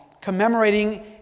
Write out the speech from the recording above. commemorating